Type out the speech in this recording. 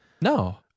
No